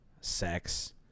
sex